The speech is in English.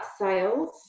sales